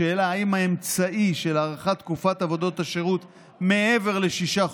השאלה אם האמצעי של הארכת עבודות השירות מעבר לשישה חודשים,